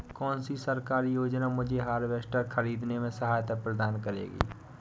कौन सी सरकारी योजना मुझे हार्वेस्टर ख़रीदने में सहायता प्रदान करेगी?